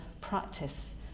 practice